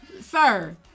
Sir